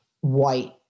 white